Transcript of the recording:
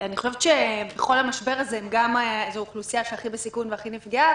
אני חושבת שבכל המשבר הזה זו האוכלוסייה שהיא הכי בסיכון והכי נפגעה,